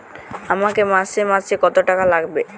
আমাকে মাসে মাসে কত টাকা লাগবে?